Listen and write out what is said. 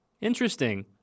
interesting